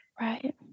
Right